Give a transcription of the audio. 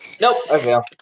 Nope